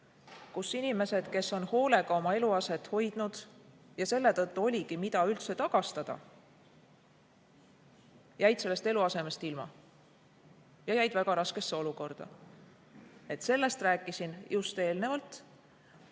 kus inimesed, kes on hoolega oma eluaset hoidnud ja selle tõttu oligi, mida üldse tagastada, jäid sellest eluasemest ilma ja nad jäid väga raskesse olukorda. Sellest rääkisin just eelnevalt. Mis